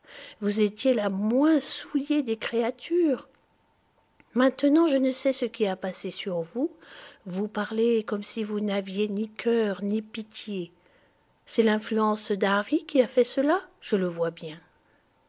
vous étiez la moins souillée des créatures maintenant je ne sais ce qui a passé sur vous vous parlez comme si vous n'aviez ni cœur ni pitié c'est l'influence d'harry qui a fait cela je le vois bien